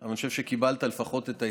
אבל אני חושב שקיבלת לפחות את ההתייחסות,